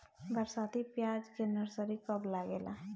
बरसाती प्याज के नर्सरी कब लागेला?